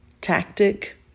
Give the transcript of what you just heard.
tactic